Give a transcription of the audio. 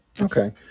Okay